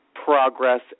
progress